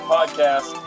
Podcast